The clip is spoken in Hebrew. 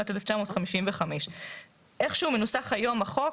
משנת 1955. איך שהוא מנוסח היום החוק,